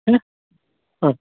പിന്നെ ആ